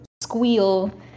squeal